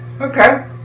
Okay